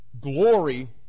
Glory